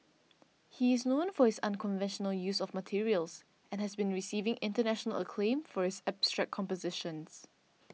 he is known for his unconventional use of materials and has been receiving international acclaim for his abstract compositions